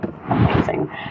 Amazing